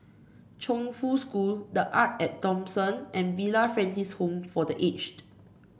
Chongfu School The Arte At Thomson and Villa Francis Home for The Aged